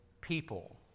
people